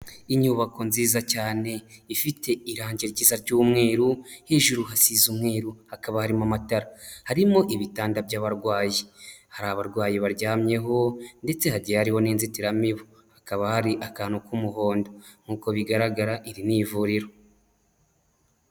Inyubako nziza cyane, ifite irangi ryiza ry'umweru, hejuru hasize umweru, hakaba harimo amatara, harimo ibitanda by'abarwayi, hari abarwayi baryamyeho ndetse hagiye hariho n'inzitiramibu, hakaba hari akantu k'umuhondo, nk'uko bigaragara iri nivuriro.